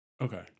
Okay